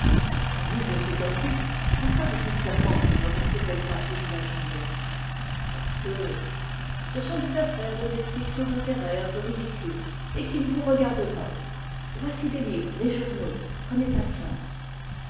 fanny je suis confus pourquoi votre servante ne reste t elle pas toute la journée parce que ce sont des affaires domestiques sans intérêt et qui ne vous regardent pas voici des livres des journaux prenez patience